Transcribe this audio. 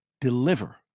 Deliver